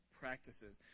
practices